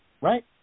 right